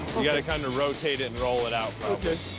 you've got to kind of rotate it and roll it out,